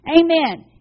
Amen